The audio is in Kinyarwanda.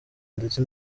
ndetse